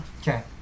okay